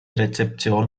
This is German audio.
rezeption